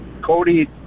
Cody